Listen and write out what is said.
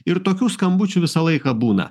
ir tokių skambučių visą laiką būna